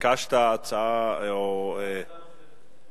ביקשת הצעה נוספת.